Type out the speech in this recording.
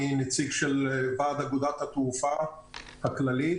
אני נציג של ועד אגודת התעופה הכללית.